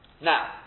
Now